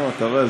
נו, אתה רואה.